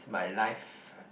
it's my life